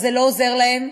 אבל זה לא עוזר להם,